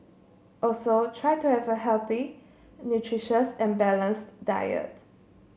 also try to have a healthy nutritious and balanced diet